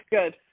good